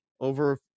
over